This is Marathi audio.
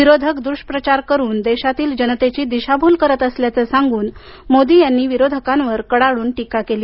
विरोधक दुष्प्रचार करून देशातील जनतेची दिशाभूल करत असल्याचं सांगून मोदी यांनी विरोधकांवर कडाडून टीका केली